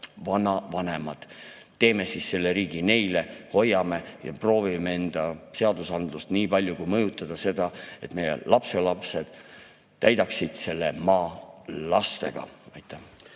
vanavanemad. Teeme siis selle riigi neile, hoiame ja proovime enda seadusandlust nii palju mõjutada, et meie lapselapsed täidaksid selle maa lastega! Aitäh!